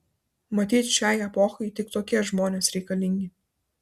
matyt šiai epochai tik tokie žmonės reikalingi